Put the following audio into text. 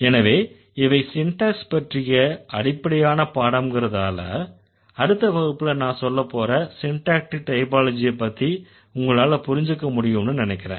எனவே இவை சின்டேக்ஸ் பற்றிய அடிப்படையான பாடம்ங்கறதால அடுத்த வகுப்புல நான் சொல்லப்போற சின்டேக்டிக் டைப்பாலஜிய உங்களால புரிஞ்சுக்க முடியும்னு நினைக்கறேன்